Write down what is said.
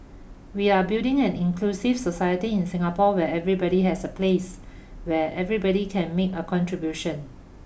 we are building an inclusive society in Singapore where everybody has a place where everybody can make a contribution